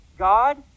God